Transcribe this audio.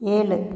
ஏழு